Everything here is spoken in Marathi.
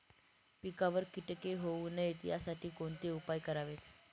पिकावर किटके होऊ नयेत यासाठी कोणते उपाय करावेत?